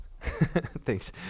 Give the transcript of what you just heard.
thanks